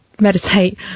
meditate